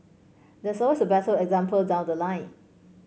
there's always a better example down the line